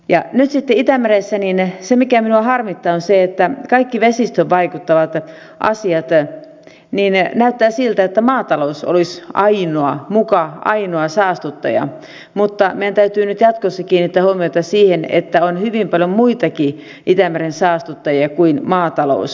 nyt sitten itämeressä se mikä minua harmittaa on se että kaikissa vesistöön vaikuttavissa asioissa näyttää siltä että maatalous olisi muka ainoa saastuttaja mutta meidän täytyy nyt jatkossa kiinnittää huomiota siihen että on hyvin paljon muitakin itämeren saastuttajia kuin maatalous